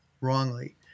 wrongly